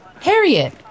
Harriet